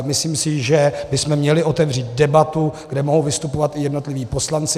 Myslím si, že bychom měli otevřít debatu, kde mohou vystupovat i jednotliví poslanci.